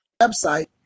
website